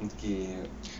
okay